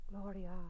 Gloria